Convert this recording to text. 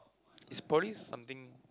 it's probably something